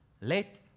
let